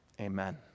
Amen